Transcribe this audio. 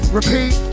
repeat